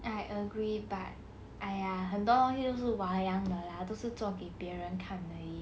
I agree but !aiya! 很多东西都是 wayang 的 lah 都是做给别人看而已